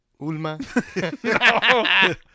Ulma